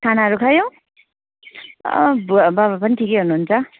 खानाहरू खायौ बुवा बाबा पनि ठिकै हुनु हुन्छ